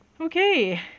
Okay